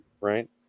right